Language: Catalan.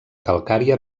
calcària